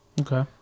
Okay